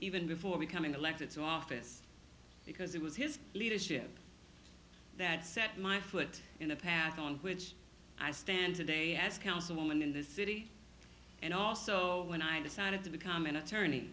even before becoming elected to office because it was his leadership that set my foot in the path on which i stand today as councilman in the city and also when i decided to become an attorney